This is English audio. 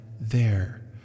there